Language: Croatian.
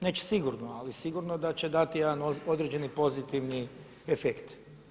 Neće sigurno, ali sigurno da će dati jedan određeni pozitivni efekt.